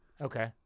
Okay